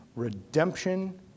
redemption